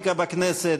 בפרקטיקה בכנסת.